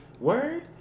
Word